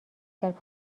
کرد